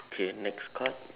okay next card